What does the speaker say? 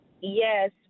Yes